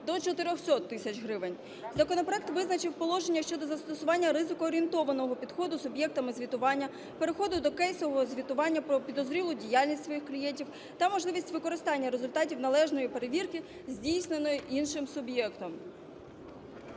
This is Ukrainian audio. до 400 тисяч гривень. Законопроект визначив положення щодо застосування ризик-орієнтованого підходу суб'єктами звітування, переходу до кейсового звітування про підозрілу діяльність своїх клієнтів та можливість використання результатів належної перевірки, здійсненої іншим суб'єктом.